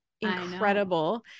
incredible